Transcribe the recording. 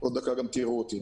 עוד דקה גם תראו אותי.